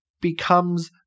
becomes